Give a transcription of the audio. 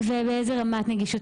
ובאיזה רמה של נגישות?